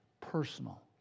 personal